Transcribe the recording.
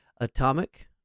atomic